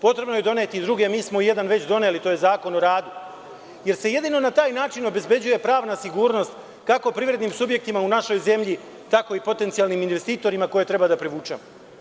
Potrebno je doneti druge, mi smo jedan već doneli, to je Zakon o radu, jer se jedino na taj način obezbeđuje pravna sigurnost, kako privrednim subjektima u našoj zemlji, tako i potencijalnim investitorima koje treba da privučemo.